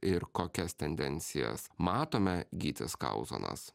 ir kokias tendencijas matome gytis kauzonas